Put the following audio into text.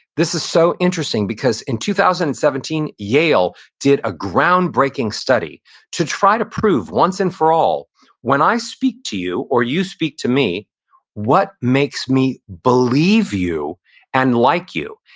this is so interesting because in two thousand and seventeen, yale did a groundbreaking study to try to prove once and for all when i speak to you or you speak to me what makes me believe you and like you.